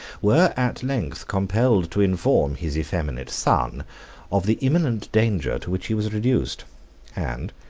were at length compelled to inform his effeminate son of the imminent danger to which he was reduced and,